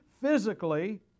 physically